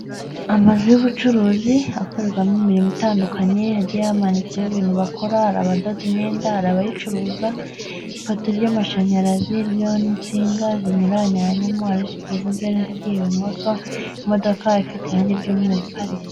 Amazu y'ubucuruzi, akorerwamo imirimo itandukanye, hagiye hamanitseho ibintu bakora, hari abadoda imyenda, hari abayicuruza, ipoto ry'amashanyarazi ririho n'insinga zinyuranyuranyemo, hari izigiye iburyo n'izigiye ibumoso, imodoka ifite irangi ry'umweru iparitse.